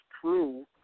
true